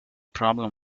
problem